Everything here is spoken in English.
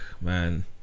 man